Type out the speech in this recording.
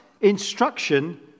instruction